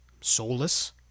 soulless